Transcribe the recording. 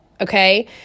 Okay